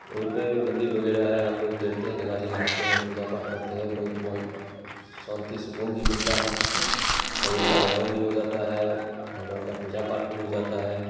वहीं पे मंदिर वगैरह है हम लोग तैरते हैं गंगा जी नहाते हैं पूजा पाठ करते हैं बहुत मन शांति सुकून भी मिलता है शरीर का व्यायाम भी हो जाता है भगवान का पूजा पाठ भी हो जाता है